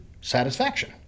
satisfaction